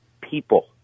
people